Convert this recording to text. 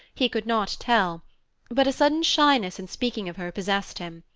he could not tell but a sudden shyness in speaking of her possessed him,